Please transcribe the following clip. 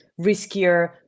riskier